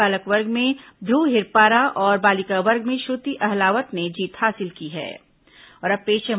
बालक वर्ग में ध्रव हिरपारा और बालिका वर्ग में श्रुति अहलावत ने जीत हासिल की है